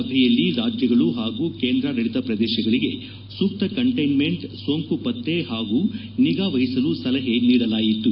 ಸಭೆಯಲ್ಲಿ ರಾಜ್ಯಗಳು ಹಾಗೂ ಕೇಂದ್ರಾಡಳಿತ ಪ್ರದೇಶಗಳಿಗೆ ಸೂಕ್ತ ಕಂಟ್ಲೆನ್ಮೆಂಟ್ ಸೋಂಕು ಪತ್ತೆ ಹಾಗೂ ನಿಗಾ ವಹಿಸಲು ಸಲಹೆ ನೀಡಲಾಯಿತು